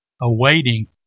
awaiting